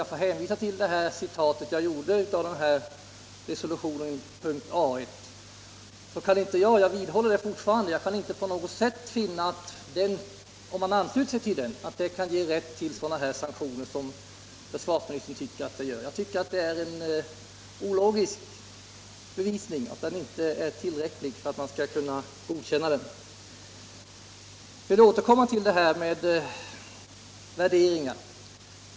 Jag hänvisar till vad jag förut citerade ur resolutionen och vidhåller att jag inte på något sätt kan finna att den ger rätt till sanktioner. Försvarsministerns bevisföring är, tycker jag, ologisk. Låt mig sedan återkomma till detta med värderingar.